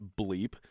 bleep